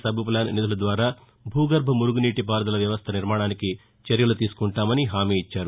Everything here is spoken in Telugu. సబ్ప్లాన్ నిధులద్వారా భూగర్భ మురుగునీటి పారుదల వ్యవస్ద నిర్మాణానికి చర్యలు తీసుకుంటామని హామీ ఇచ్చారు